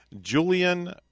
Julian